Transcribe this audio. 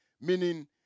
meaning